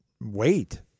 wait